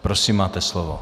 Prosím, máte slovo.